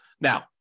Now